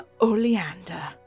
oleander